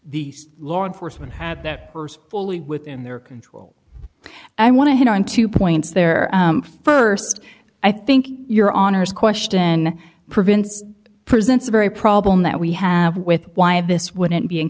the law enforcement had that person fully within their control i want to hit on two points there first i think your honour's question prevents presents the very problem that we have with why this wouldn't be